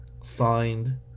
Signed